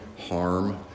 harm